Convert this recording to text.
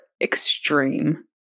extreme